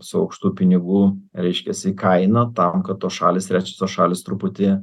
su aukštų pinigų reiškiasi kaina tam kad tos šalys trečiosios šalys truputį